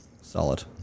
Solid